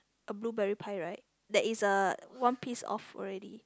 a blueberry pie right there is uh one piece off already